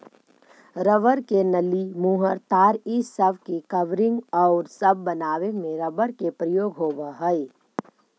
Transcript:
rubber के नली, मुहर, तार इ सब के कवरिंग औउर सब बनावे में रबर के प्रयोग होवऽ हई